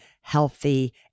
healthy